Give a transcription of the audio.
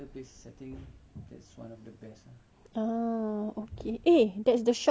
ah okay eh that's the shop so come let's take a seat now